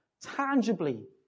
tangibly